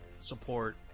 Support